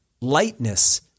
lightness